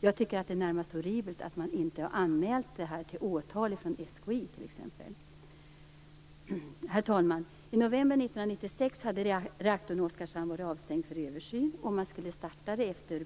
Jag tycker att det närmast är horribelt att man t.ex. från SKI inte har anmält det inträffade till åtal. Herr talman! I november 1996 hade reaktorn i Oskarshamn varit avstängd för översyn, och man skulle starta den efter